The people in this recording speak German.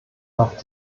auf